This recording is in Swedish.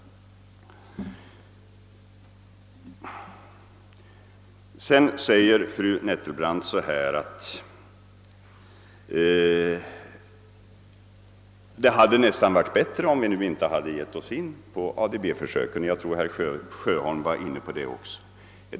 Fru Nettelbrandt sade vidare att det nästan hade varit bättre om vi inte hade gett oss in på försöken med ADB, och detta antyddes även av herr Sjöholm.